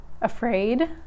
afraid